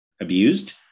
abused